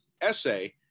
essay